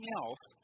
else